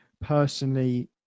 personally